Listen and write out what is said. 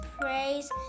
praise